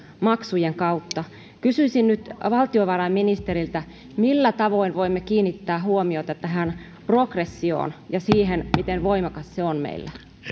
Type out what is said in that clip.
maksujen kautta kysyisin nyt valtiovarainministeriltä millä tavoin voimme kiinnittää huomiota tähän progressioon ja siihen miten voimakas se on meillä